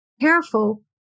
careful